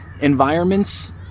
Environments